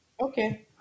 Okay